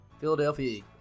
Philadelphia